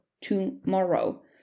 tomorrow